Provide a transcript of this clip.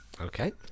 okay